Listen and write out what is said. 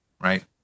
right